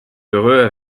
heureux